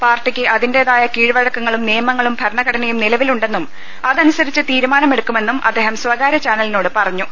പാർട്ടിക്ക് അതിന്റെതായ കീഴ്വഴക്കങ്ങളും നിയ മങ്ങളും ഭരണഘടനയും നിലവിലുണ്ടെന്നും അതനുസരിച്ച് തീരു മാനമെടുക്കുമെന്നും അദ്ദേഹം സ്വകാര്യ ചാനലിനോട് പറഞ്ഞു